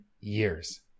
years